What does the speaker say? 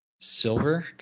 silver